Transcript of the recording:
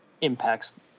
impacts